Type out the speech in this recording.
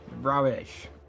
Rubbish